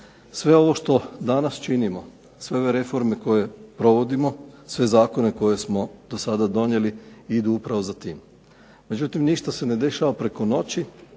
Sve ovo što danas činimo, sve ove reforme koje provodimo, sve zakone koje smo do sada donijeli idu u pravo za tim, međutim ništa se ne dešava preko noći,